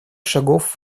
шагов